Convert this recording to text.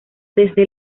desde